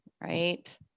right